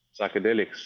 psychedelics